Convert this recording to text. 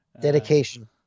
Dedication